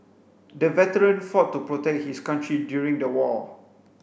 the veteran fought to protect his country during the war